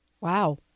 Wow